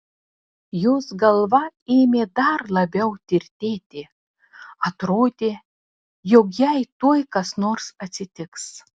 jos galva ėmė dar labiau tirtėti atrodė jog jai tuoj kas nors atsitiks